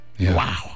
Wow